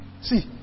See